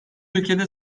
ülkede